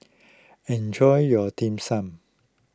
enjoy your Dim Sum